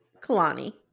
Kalani